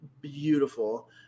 beautiful